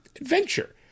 adventure